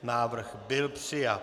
Návrh byl přijat.